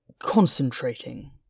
concentrating